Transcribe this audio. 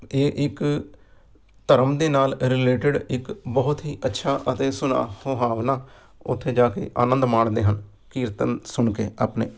ਇਹ ਇੱਕ ਧਰਮ ਦੇ ਨਾਲ ਰਿਲੇਟਿਡ ਇੱਕ ਬਹੁਤ ਹੀ ਅੱਛਾ ਅਤੇ ਸੁਲਾਤੋਹਾਵਣਾ ਉੱਥੇ ਜਾ ਕੇ ਆਨੰਦ ਮਾਣਦੇ ਹਨ ਕੀਰਤਨ ਸੁਣ ਕੇ ਆਪਣੇ